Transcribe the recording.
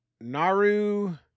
Naru